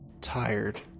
tired